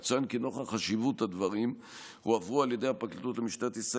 יצוין כי נוכח חשיבות הדברים הועברו על ידי הפרקליטות למשטרת ישראל